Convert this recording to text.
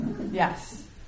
Yes